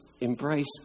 embrace